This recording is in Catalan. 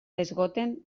esgoten